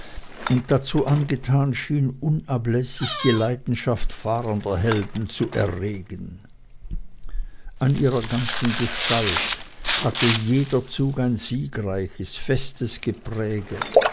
und dazu angetan schien unablässig die leidenschaft fahrender helden zu erregen an ihrer ganzen gestalt hatte jeder zug ein siegreiches festes gepräge